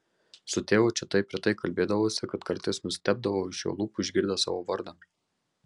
su tėvu čia taip retai kalbėdavausi kad kartais nustebdavau iš jo lūpų išgirdęs savo vardą